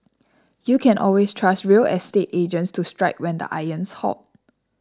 you can always trust real estate agents to strike when the iron's hot